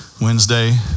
Wednesday